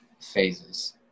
phases